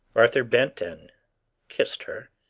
arthur bent and kissed her,